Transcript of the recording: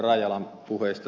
rajalan puheesta